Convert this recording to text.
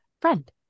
Friend